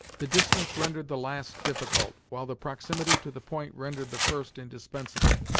the distance rendered the last difficult, while the proximity to the point rendered the first indispensable.